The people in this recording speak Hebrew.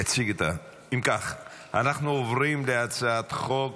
אם כך, אנחנו עוברים להצעת חוק